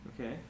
Okay